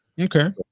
Okay